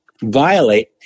violate